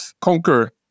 conquer